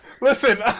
listen